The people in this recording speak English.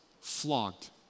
flogged